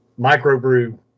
microbrew